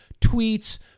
tweets